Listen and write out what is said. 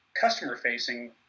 customer-facing